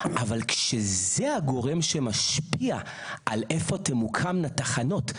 אבל כשזה הגורם שמשפיע על איפה תמוקמנה תחנות,